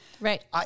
Right